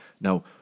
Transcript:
Now